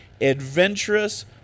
adventurous